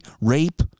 rape